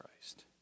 Christ